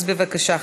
אז בבקשה,